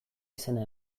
izena